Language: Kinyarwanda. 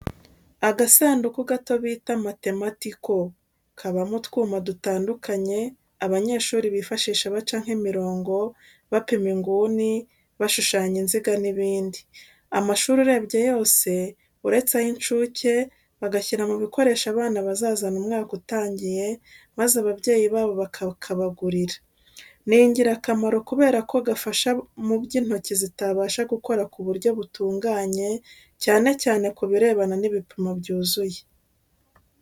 Agasanduku gatoya bita "Mathematical" kabamo utwuma dutandukanye abanyeshuri bifashisha baca nk'imirongo, bapima inguni, bashushanya inziga n'ibindi. Amashuri urebye yose, uretse ay'incuke, bagashyira mu bikoresho abana bazazana umwaka utangiye maze ababyeyi babo bakakabagurira. Ni ingirakamaro kubera ko gafasha mu byo intoki zitabasha gukora ku buryo butunganye cyane cyane ku birebana n'ibipimo byuzuye.